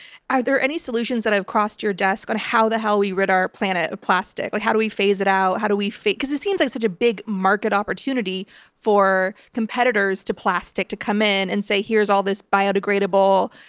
are there any solutions that have crossed your desk on how the hell we rid our planet of plastic? like how do we phase it out? how do we fit because it seems like such a big market opportunity for competitors to plastic to come in and say here's all this biodegradable,